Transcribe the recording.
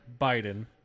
Biden